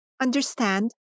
Understand